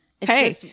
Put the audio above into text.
Hey